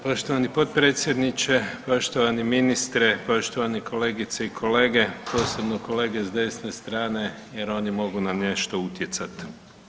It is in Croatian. Poštovani potpredsjedniče, poštovani ministre, poštovane kolegice i kolege, posebno kolege s desne strane jer oni mogu na nešto utjecati.